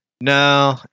No